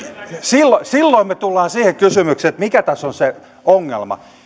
silloin silloin me tulemme siihen kysymykseen että mikä tässä on se ongelma